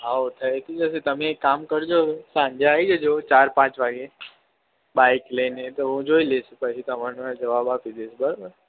હોવ થઈ તો જશે તમે એક કામ કરજો સાંજે આવી જજો ચાર પાંચ વાગે બાઈક લઇને તો હું જોઈ લઈશ પછી તમને જવાબ આપી દઈશ બરાબર